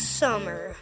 summer